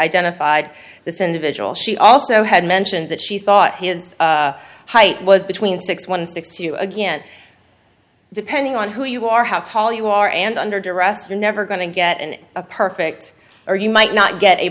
identified this individual she also had mentioned that she thought his height was between six one six two again depending on who you are how tall you are and under duress you're never going to get a perfect or you might not get a